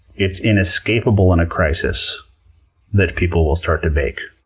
it's inescapable in a crisis that people will start to bake.